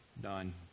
Done